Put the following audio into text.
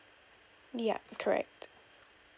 yup correct